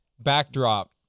backdrop